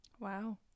Wow